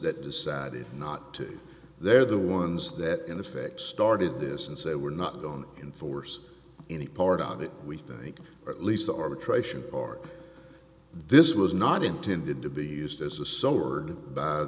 that decided not to they're the ones that in effect started this and say we're not going in force any part of it we think at least the arbitration or this was not intended to be used as a